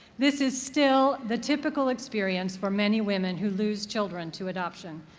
this is still the typical experience for many women who lose children to adoption.